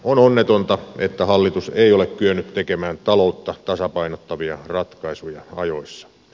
on onnetonta että hallitus ei ole kyennyt tekemään taloutta tasapainottavia ratkaisuja ajoissa